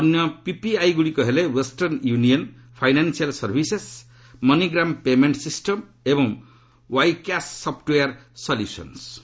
ଅନ୍ୟ ପିପିଆଇଗୁଡ଼ିକ ହେଲେ Western Union Financial Services MoneyGram Payment System ଏବଂ ୱାଇକ୍ୟାସ୍ ସଫ୍ଟୁଓୟାର ସଲ୍ୟସନ୍ସ